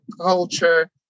culture